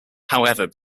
however